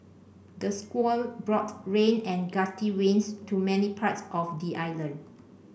the squall brought rain and gusty winds to many parts of the island